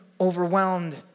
overwhelmed